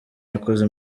yakoze